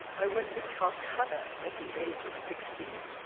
i went to calcutta at the age of sixteen,